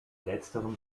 letzterem